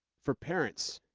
for parents,